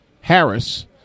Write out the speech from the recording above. Harris